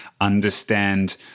understand